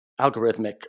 algorithmic